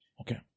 Okay